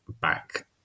back